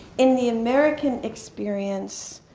in the american experience,